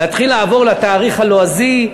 לתאריך הלועזי,